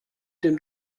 dem